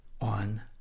on